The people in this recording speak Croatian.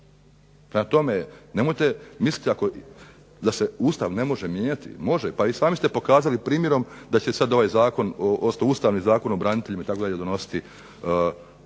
tome, nemojte misliti da se Ustav ne može mijenjati. Može, pa i sami ste pokazali primjerom da će sada ovaj Ustavni zakon o braniteljima itd. donositi bar se